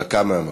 דקה מהמקום.